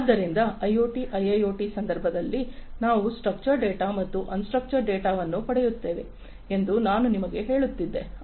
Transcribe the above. ಆದ್ದರಿಂದ IoT IIoT ಸಂದರ್ಭದಲ್ಲಿ ನಾವು ಸ್ಟ್ರಕ್ಚರ್ಡ ಡೇಟಾ ಮತ್ತು ಅನ್ಸ್ಟ್ರಕ್ಚರ್ಡ ಡೇಟಾವನ್ನು ಪಡೆಯುತ್ತೇವೆ ಎಂದು ನಾನು ನಿಮಗೆ ಹೇಳುತ್ತಿದ್ದೆ